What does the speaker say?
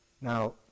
Now